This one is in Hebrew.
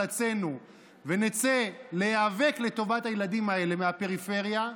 נאזור חלצינו ונצא להיאבק לטובת הילדים האלה מהפריפריה,